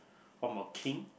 form of king